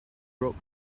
broke